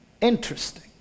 interesting